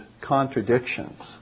contradictions